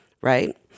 right